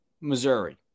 Missouri